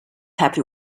happy